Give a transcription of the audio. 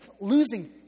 losing